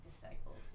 disciples